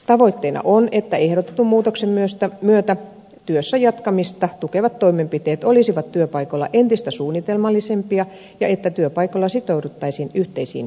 tavoitteena on että ehdotetun muutoksen myötä työssä jatkamista tukevat toimenpiteet olisivat työpaikoilla entistä suunnitelmallisempia ja että työpaikoilla sitouduttaisiin yhteisiin kehittämistavoitteisiin